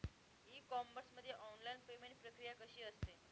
E commerce मध्ये online payment प्रक्रिया कशी असते?